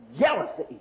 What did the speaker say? jealousy